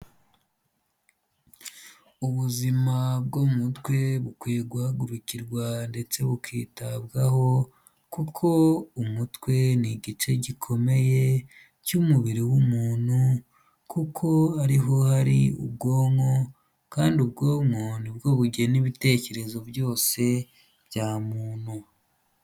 Ubuzima bwo mu mutwe bukwiye guhagurukirwa ndetse bukitabwaho, kuko umutwe ni igice gikomeye cy'umubiri w'umuntu kuko ari ho hari ubwonko, kandi ubwonko ni bwo bugena ibitekerezo byose bya muntu.